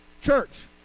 church